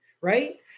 right